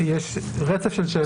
יש רצף של שאלות.